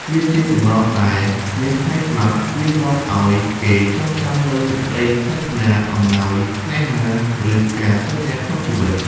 វាជាសម្រស់ដែល គ្មានថ្ងៃស្លាប់ វានាំឲ្យគេចងចាំនូវសេចក្ដីស្និទ្ធស្នាល អំណោយស្នេហា ឬការសន្យាក្នុងជីវិត។